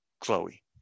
Chloe